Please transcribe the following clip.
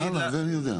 הלאה, הלאה, זה אני יודע.